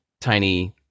tiny